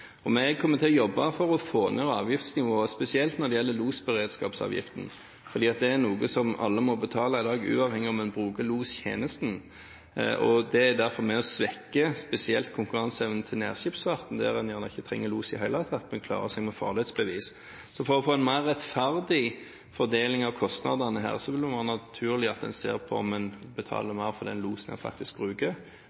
mitt. Vi kommer til å jobbe for å få ned avgiftsnivået, spesielt når det gjelder losberedskapsavgiften, for det er noe som alle må betale i dag, uavhengig av om en bruker lostjenesten eller ikke. Det er derfor med og svekker spesielt konkurranseevnen til nærskipsfarten, der en gjerne ikke trenger los i det hele tatt, men klarer seg med farledsbevis. Så for å få en mer rettferdig fordeling av kostnadene her vil det være naturlig at en ser på om en betaler